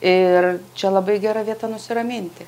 ir čia labai gera vieta nusiraminti